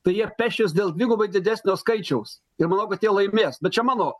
tai jie pešis dėl dvigubai didesnio skaičiaus ir manau kad j ie laimės bet čia mano